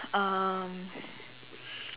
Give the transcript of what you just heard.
um